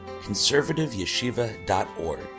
conservativeyeshiva.org